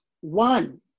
one